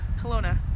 Kelowna